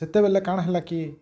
ଯେତେବେଲେ କାଣ୍ ହେଲା କି